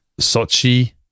Sochi